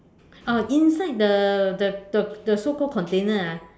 oh inside the the the so called container ah